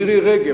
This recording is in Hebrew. מירי רגב,